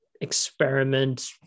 experiment